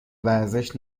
ورزش